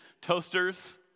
Toasters